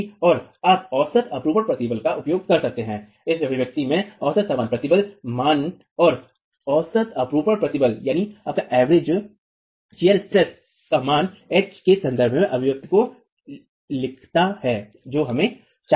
और आप औसत अपरूपण प्रतिबल का उपयोग कर सकते हैं इस अभिव्यक्ति में औसत सामान्य प्रतिबल मान और औसत अपरूपण प्रतिबल का मान एच के संदर्भ में अभिव्यक्ति को लिखता है जो हमें चाहिए